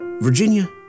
Virginia